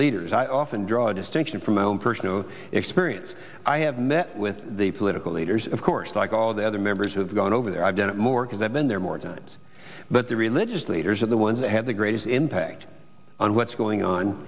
leaders i often draw a distinction from my own personal experience i have met with the political leaders of course like all the other members who have gone over there i've done it more because i've been there more times but the religious leaders are the ones that have the greatest impact on what's going on